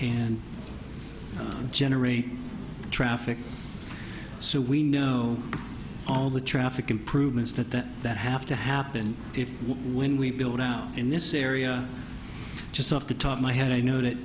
and generate traffic so we know all the traffic improvements that that have to happen if when we build out in this area just off the top of my head i know that